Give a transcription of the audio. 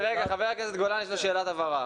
לחבר הכנסת גולן יש שאלת הבהרה.